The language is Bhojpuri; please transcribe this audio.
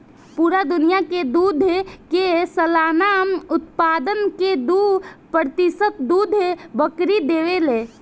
पूरा दुनिया के दूध के सालाना उत्पादन के दू प्रतिशत दूध बकरी देवे ले